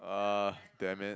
uh damn it